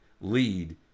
lead